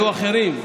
יהיו אחרים,